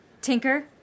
Tinker